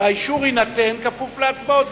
והאישור יינתן כפוף להצבעות.